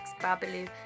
Babalu